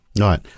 right